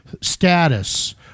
status